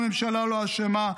הממשלה לא אשמה.